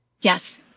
Yes